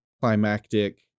climactic